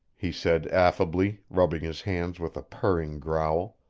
he said affably, rubbing his hands with a purring growl.